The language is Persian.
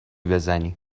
بزنی